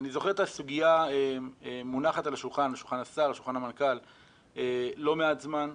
זוכר את הסוגיה מונחת על שולחן השר ושולחן המנכ"ל לא מעט זמן,